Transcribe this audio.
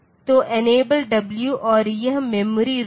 तो enable w और यह मेमोरी रीड